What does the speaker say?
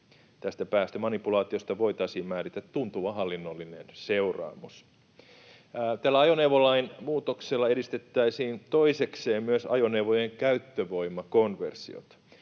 Tästä päästömanipulaatiosta voitaisiin määrätä tuntuva hallinnollinen seuraamus. Tällä ajoneuvolain muutoksella toisekseen edistettäisiin ajoneuvojen käyttövoimakonversioita.